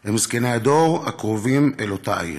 הם זקני הדור הקרובים אל אותה עיר.